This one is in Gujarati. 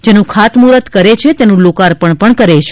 જેનું ખાત મુર્હત કરે છે તેનું લોકાર્પણ પણ કરે છે